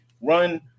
run